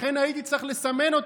לכן הייתי צריך לסמן אותו.